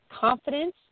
confidence